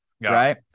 Right